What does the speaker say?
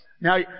Now